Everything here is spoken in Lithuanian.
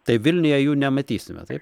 tai vilniuje jų nematysime taip